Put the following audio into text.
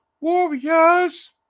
warriors